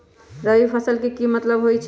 रबी फसल के की मतलब होई छई?